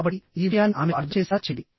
కాబట్టి ఈ విషయాన్ని ఆమెకు అర్థం చేసేలా చేయండి